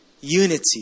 unity